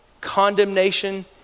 condemnation